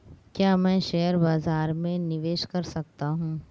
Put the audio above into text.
क्या मैं शेयर बाज़ार में निवेश कर सकता हूँ?